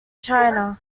china